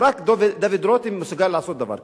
ורק דוד רותם מסוגל לעשות דבר כזה.